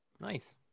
nice